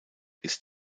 ist